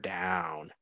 down